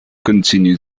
continue